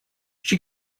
she